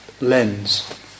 lens